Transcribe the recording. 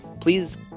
please